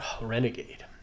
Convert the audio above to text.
Renegade